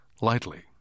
lightly